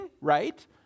right